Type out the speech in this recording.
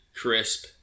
crisp